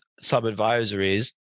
sub-advisories